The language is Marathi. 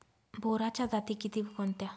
बोराच्या जाती किती व कोणत्या?